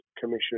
Commission